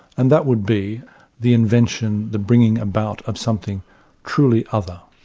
and that would be the invention, the bringing about of something truly other.